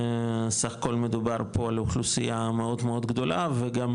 סך הכול מדובר פה על אוכלוסייה מאוד מאוד גדולה ואני